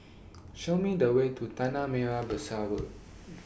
Show Me The Way to Tanah Merah Besar Road